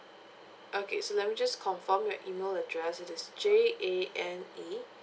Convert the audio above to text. okay so let me just confirm your email address it is J A N E